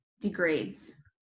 degrades